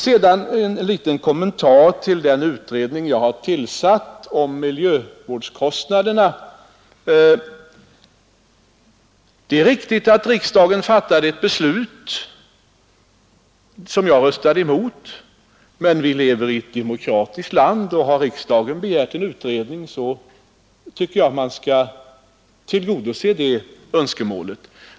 Sedan en liten kommentar till den utredning jag har tillsatt om miljövårdskostnaderna. Det är riktigt att riksdagen fattade ett beslut, som jag röstade emot. Men vi lever i ett demokratiskt land, och har riksdagen begärt en utredning tycker jag man skall tillgodose det önskemålet.